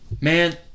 man